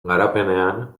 garapenean